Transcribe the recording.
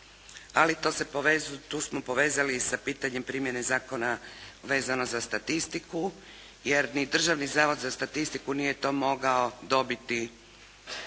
ali tu smo povezali i sa pitanjem pitanja zakona vezano za statistiku. Jer ni Državni zavod za statistiku nije to mogao dobiti